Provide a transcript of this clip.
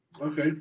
Okay